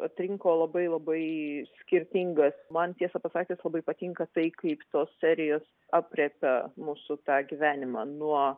atrinko labai labai skirtingas man tiesą pasakius labai patinka tai kaip tos serijos aprėpia mūsų tą gyvenimą nuo